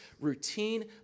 routine